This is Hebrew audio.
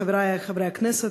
חברי חברי הכנסת,